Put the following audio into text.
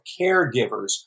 caregivers